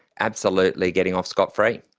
absolutely getting off scot-free.